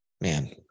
Man